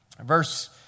Verse